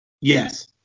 Yes